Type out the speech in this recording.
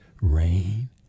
rain